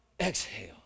exhale